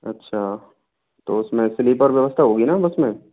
अच्छा तो उसमें स्लीपर व्यवस्था होगी न बस में